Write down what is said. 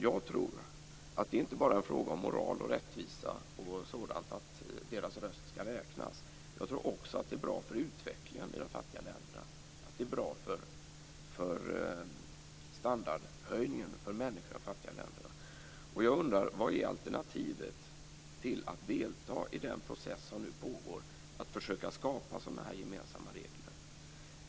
Jag tror att detta inte bara är en fråga om moral och rättvisa etc. och att deras röst skall räknas. Jag tror att det också är bra för utvecklingen i de fattiga länderna och för standardhöjningen för människorna i dessa länder. Jag undrar vilket alternativet är till att delta i den process som nu pågår med att försöka skapa sådana här gemensamma regler?